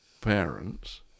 parents